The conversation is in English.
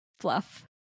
fluff